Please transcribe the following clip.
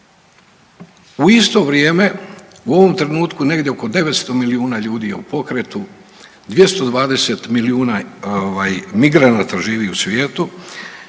U isto vrijeme u ovom trenutku negdje oko 900 milijuna ljudi je u pokrenu, 220 milijuna migranata živi u svijetu